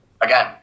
again